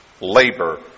labor